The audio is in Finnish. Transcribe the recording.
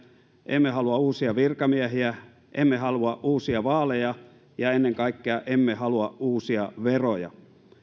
emme halua uusia virkamiehiä emme halua uusia vaaleja ja ennen kaikkea emme halua uusia veroja